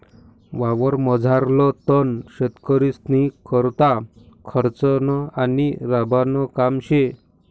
वावरमझारलं तण शेतकरीस्नीकरता खर्चनं आणि राबानं काम शे